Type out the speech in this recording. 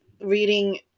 reading